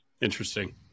Interesting